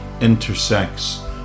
intersects